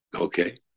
okay